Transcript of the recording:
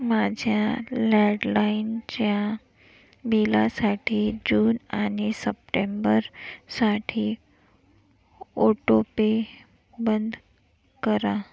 माझ्या लॅडलाईनच्या बिलासाठी जून आणि सप्टेंबर साठी ओटोपे बंद करा